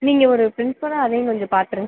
நீங்கள் ஒரு ப்ரின்ஸ்பலாக அதையும் கொஞ்சம் பாத்துருங்க